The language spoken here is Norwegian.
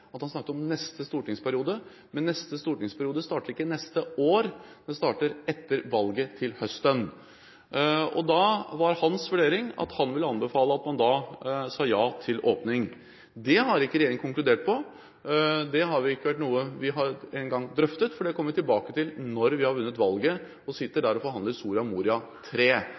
at han snakket om neste stortingsperiode, men neste stortingsperiode starter ikke neste år – den starter etter valget, til høsten. Hans vurdering var at han ville anbefale at man da sa ja til åpning. Det har ikke regjeringen konkludert på. Vi har ikke engang drøftet det, for det kommer vi tilbake til når vi har vunnet valget og sitter og forhandler om Soria Moria III. Før vi skal forhandle om Soria Moria III, må de tre